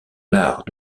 l’art